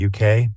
UK